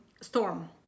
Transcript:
storm